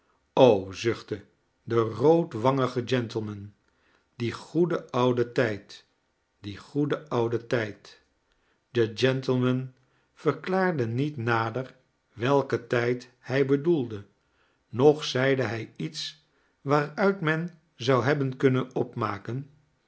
o zuchtte de roodwangige gentleman die goede oude tijd die goede oude tijd de gentleman verklaarde niet nader welken tijd hij bedoelde noch zeide hij iets waaruit men aou hebben kunnen opmaken